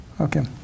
Okay